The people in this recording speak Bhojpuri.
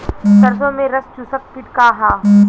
सरसो में रस चुसक किट का ह?